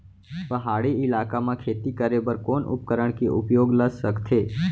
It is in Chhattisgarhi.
पहाड़ी इलाका म खेती करें बर कोन उपकरण के उपयोग ल सकथे?